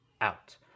out